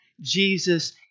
Jesus